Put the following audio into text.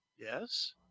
Yes